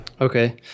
Okay